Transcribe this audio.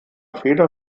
feder